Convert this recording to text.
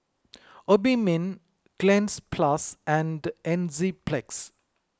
Obimin Cleanz Plus and Enzyplex